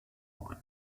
one